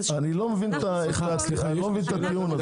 אני לא מבין את הטיעון הזה.